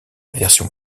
version